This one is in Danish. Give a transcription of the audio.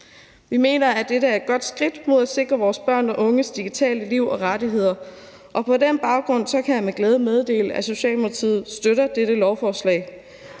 Vi mener, at dette er et godt skridt mod at sikre vores børn og unges digitale liv og rettigheder, og på den baggrund kan jeg med glæde meddele, at Socialdemokratiet støtter dette lovforslag.